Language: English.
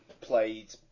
played